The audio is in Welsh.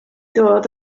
dod